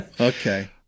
okay